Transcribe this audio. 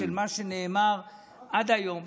של מה שנאמר עד היום,